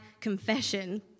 confession